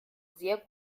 sehr